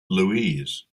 louise